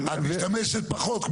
את משתמשת פחות.